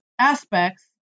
aspects